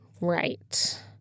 right